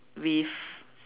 with